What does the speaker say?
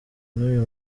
n’uyu